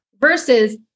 Versus